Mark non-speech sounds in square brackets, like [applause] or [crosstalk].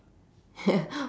[laughs]